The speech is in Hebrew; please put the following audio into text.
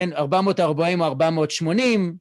אין 440 או 480.